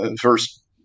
first